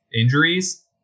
injuries